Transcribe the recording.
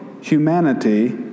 humanity